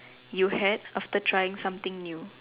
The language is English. you had after trying something new